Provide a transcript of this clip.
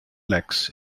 lex